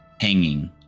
hanging